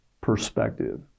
perspective